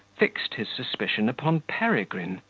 fixed his suspicion upon peregrine,